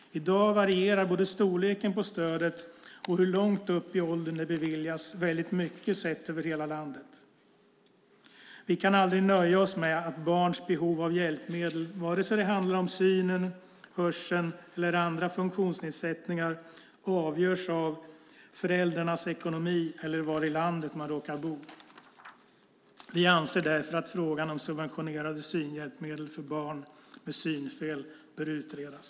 I dag varierar både storleken på stödet och hur långt upp i åldern det beviljas väldigt mycket sett över hela landet. Vi kan aldrig nöja oss med att barns behov av hjälpmedel, vare sig det handlar om synen, hörseln eller andra funktionsnedsättningar avgörs av föräldrarnas ekonomi eller var i landet man råkar bo. Vi anser därför att frågan om subventionerade synhjälpmedel för barn med synfel bör utredas.